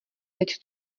teď